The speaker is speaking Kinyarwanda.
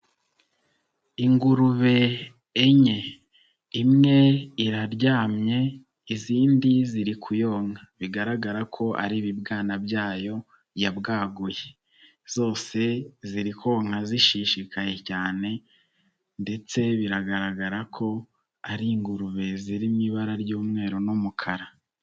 Ingurube enye imwe iraryamye izindi ziri kuyonka, bigaragara ko ari ibibwana byayo yabwaguye, zose ziri konka zishishikaye cyane ndetse biragaragara ko ari ingurube ziri mu ibara ry'umweru n'umukara.